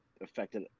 affected